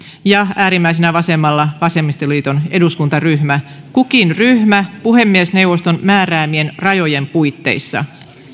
ja äärimmäisenä vasemmalla vasemmistoliiton eduskuntaryhmä kukin ryhmä puhemiesneuvoston määräämien rajojen puitteissa